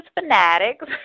fanatics